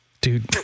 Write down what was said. dude